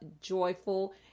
joyful